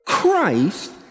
Christ